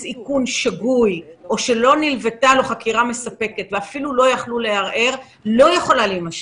איכון שגוי או שלא נלוותה לו חקירה מספקת לא יכולה להימשך.